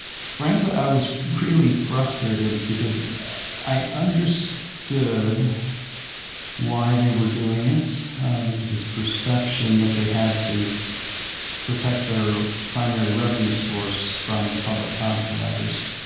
frankly, i was really frustrated, because i understood to why they were doing it. it was this perception that they had to protect their primary revenue source from the public cloud providers,